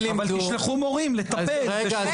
אבל תשלחו מורים לטפל ב- 35תלמידים,